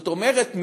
זאת אומרת,